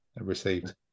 received